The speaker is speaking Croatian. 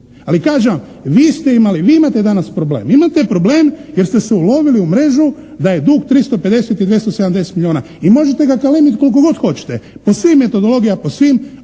imali, vi imate danas problem. Vi imate problem jer ste se ulovili u mrežu da je dug 350 i 270 milijuna i možete ga kalemiti koliko god hoćete. Po svim metodologijama, po svim